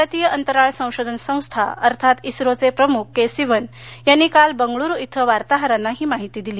भारतीय अंतराळ संशोधन संस्था अर्थात इस्रोषे प्रमुख के सिवन यांनी काल बंगळूरू इथं वार्ताहरांना ही माहिती दिली